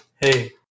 Hey